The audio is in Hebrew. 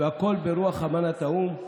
והכל ברוח אמנת האו"ם.